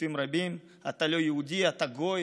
וגידופים רבים: אתה לא יהודי, אתה גוי,